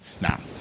Now